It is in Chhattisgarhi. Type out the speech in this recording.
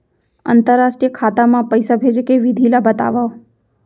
अंतरराष्ट्रीय खाता मा पइसा भेजे के विधि ला बतावव?